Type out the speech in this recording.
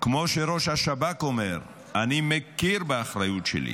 כמו שראש השב"כ אומר: אני מכיר באחריות שלי,